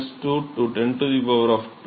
02 மற்றும் 0